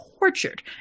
tortured